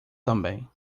também